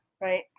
right